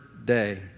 Day